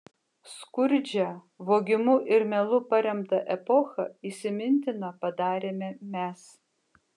skurdžią vogimu ir melu paremtą epochą įsimintina padarėme mes